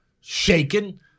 shaken